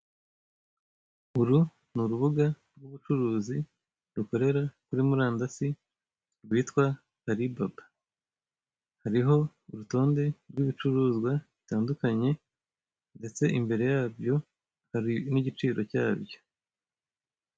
Uru ni urubuga rw'ubucuruzi rukorera kuri murandasi rwitwa alibaba, hariho urutonde rw'ibicuruzwa bitandukanye ndetse imbere yabyo hari n'igiciro cyabyo.